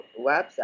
WhatsApp